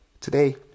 Today